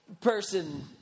person